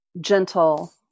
gentle